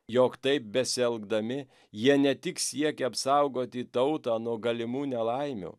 jog taip besielgdami jie ne tik siekia apsaugoti tautą nuo galimų nelaimių